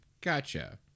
Gotcha